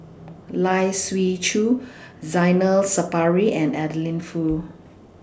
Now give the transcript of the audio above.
Lai Siu Chiu Zainal Sapari and Adeline Foo